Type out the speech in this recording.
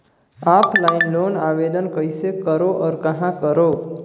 Offline loan आवेदन कइसे करो और कहाँ करो?